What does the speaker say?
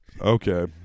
okay